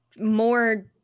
more